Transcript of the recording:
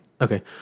Okay